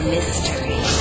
Mystery